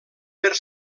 per